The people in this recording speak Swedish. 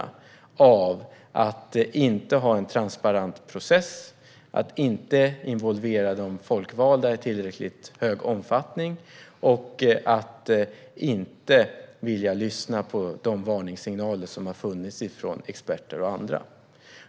Det handlar om konsekvenserna av att inte ha en transparent process, att inte involvera de folkvalda i tillräckligt stor omfattning och att inte vilja lyssna på de varningssignaler som har funnits från experter och andra.